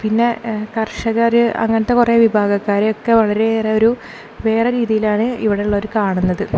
പിന്നെ കർഷകർ അങ്ങനത്തെ കുറേ വിഭാഗങ്ങൾക്കാരെ ഒക്കെ വളരെ ഏറെ ഒരു വേറെ രീതിയിലാണ് ഇവിടെ ഉള്ളൊരു കാണുന്നത്